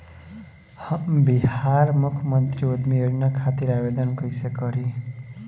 हम बिहार मुख्यमंत्री उद्यमी योजना खातिर आवेदन कईसे करी?